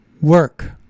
work